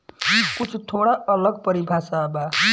कुछ थोड़ा अलग परिभाषा बा